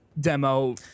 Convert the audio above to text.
demo